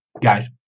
guys